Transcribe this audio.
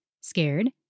Scared